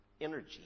energy